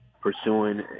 pursuing